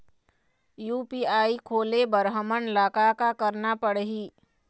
UPI खोले बर हमन ला का का करना पड़ही?